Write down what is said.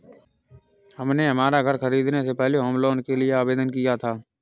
हमने हमारा घर खरीदने से पहले होम लोन के लिए आवेदन किया था